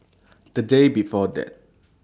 The Day before that